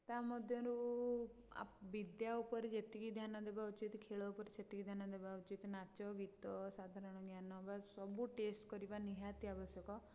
ତା ମଧ୍ୟରୁ ବିଦ୍ୟା ଉପରେ ଯେତିକି ଧ୍ୟାନ ଦେବା ଉଚିତ୍ ଖେଳ ଉପରେ ସେତିକି ଧ୍ୟାନ ଦେବା ଉଚିତ୍ ନାଚ ଗୀତ ସାଧାରଣ ଜ୍ଞାନ ବା ସବୁ ଟେଷ୍ଟ କରିବା ନିହାତି ଆବଶ୍ୟକ